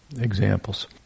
examples